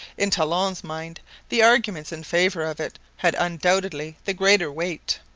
in talon's mind the arguments in favour of it had undoubtedly the greater weight.